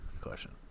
question